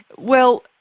well,